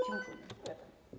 Dziękuję.